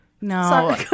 No